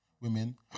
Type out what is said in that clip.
women